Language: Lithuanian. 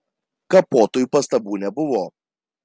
kapotui pastabų nebuvo